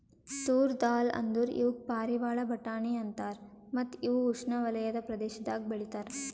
ತೂರ್ ದಾಲ್ ಅಂದುರ್ ಇವುಕ್ ಪಾರಿವಾಳ ಬಟಾಣಿ ಅಂತಾರ ಮತ್ತ ಇವು ಉಷ್ಣೆವಲಯದ ಪ್ರದೇಶದಾಗ್ ಬೆ ಳಿತಾರ್